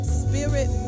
spirit